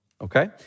okay